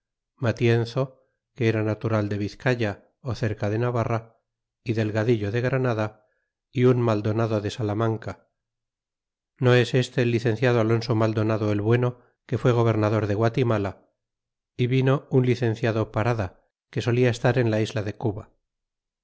matienzo que era natural de vizcaya ó cerca de navarra y delgadillo de granada y un maldonado de salamanca no es este el licenciado alonso maldonado el bueno que fué gobernador de guatimala y vino un licenciado parada que solia estar en la isla de cuba